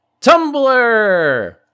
Tumblr